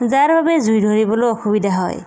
যাৰ বাবে জুই ধৰিবলৈয়ো অসুবিধা হয়